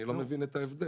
אני לא מבין את ההבדל.